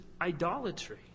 idolatry